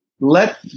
let